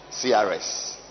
crs